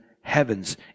heavens